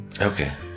Okay